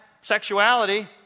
sexuality